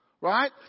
right